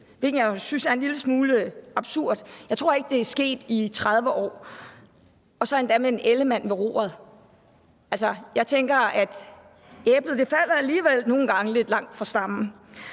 hvilket jeg synes er en lille smule absurd. Jeg tror ikke, det er sket i 30 år, og så endda med en Ellemann ved roret. Jeg tænker, at æblet alligevel nogle gange falder lidt langt fra stammen.